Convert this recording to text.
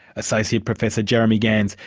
associate professor jeremy gans,